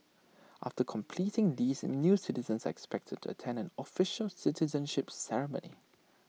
after completing these new citizens are expected to attend an official citizenship ceremony